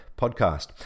podcast